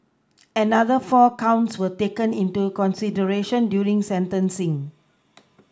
another four counts were taken into consideration during sentencing